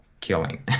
killing